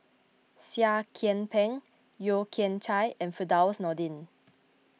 Seah Kian Peng Yeo Kian Chai and Firdaus Nordin